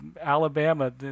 Alabama